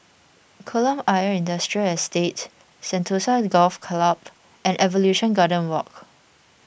Kolam Ayer Industrial Estate Sentosa Golf Club and Evolution Garden Walk